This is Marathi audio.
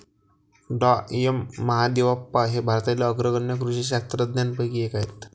डॉ एम महादेवप्पा हे भारतातील अग्रगण्य कृषी शास्त्रज्ञांपैकी एक आहेत